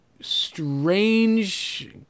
strange